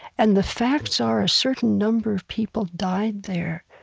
and the facts are a certain number of people died there,